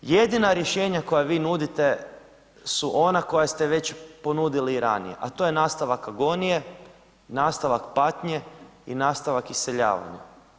Jedina rješenja koja vi nudite su ona koja ste već ponudili i ranije, a to je nastavak agonije, nastavak patnje i nastavak iseljavanja.